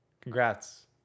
Congrats